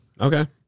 okay